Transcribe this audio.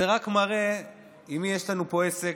זה רק מראה עם מי יש לנו פה עסק.